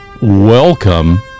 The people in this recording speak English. Welcome